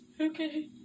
Okay